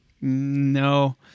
no